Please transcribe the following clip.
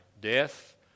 death